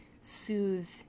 soothe